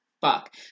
fuck